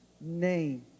name